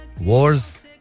Wars